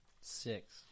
Six